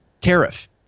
tariff